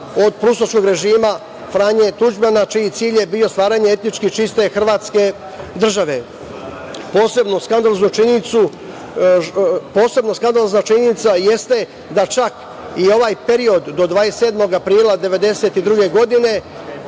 od proustaškog režima Franje Tuđmana čiji je cilj bio stvaranje etnički čiste Hrvatske države. Posebno skandalozna činjenica jeste da čak i ovaj period do 27. aprila 1992. godine